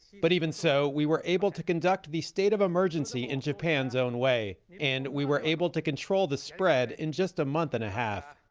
but, even so, we were able to conduct the state of emergency in japan's own way. and we were able to control the spread in just a month-and-a-half.